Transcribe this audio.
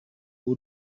w’u